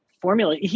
formula